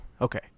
Okay